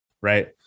Right